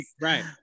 Right